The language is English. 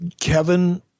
Kevin